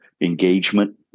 engagement